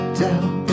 down